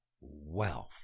wealth